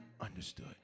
Understood